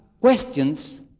questions